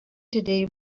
today